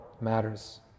matters